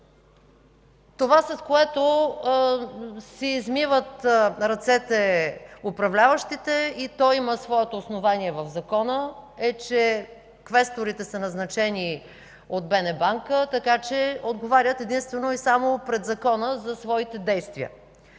Това, с което си измиват ръцете управляващите, и то има своето основание в Закона, е, че квесторите са назначени от БНБ, така че отговарят единствено и само пред Закона за своите действия.